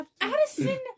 Addison